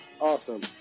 Awesome